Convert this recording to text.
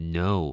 no